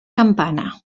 campana